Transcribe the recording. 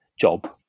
job